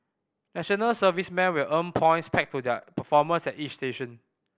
national servicemen will earn points pegged to their performance at each station